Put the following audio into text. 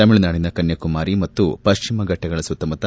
ತಮಿಳುನಾಡಿನ ಕನ್ನಾಕುಮಾರಿ ಮತ್ತು ಪಶ್ಚಿಮ ಘಟ್ಟಗಳ ಸುತ್ತಮುತ್ತ